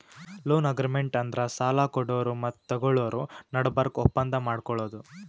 loan agreement ಅಂದ್ರ ಸಾಲ ಕೊಡೋರು ಮತ್ತ್ ತಗೋಳೋರ್ ನಡಬರ್ಕ್ ಒಪ್ಪಂದ್ ಮಾಡ್ಕೊಳದು